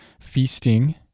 feasting